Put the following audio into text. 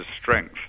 strength